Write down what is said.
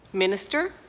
minister?